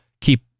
keep